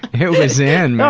it was in.